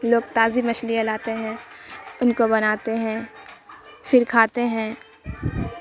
لوگ تازی مچھلیاں لاتے ہیں ان کو بناتے ہیں پھر کھاتے ہیں